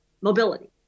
mobility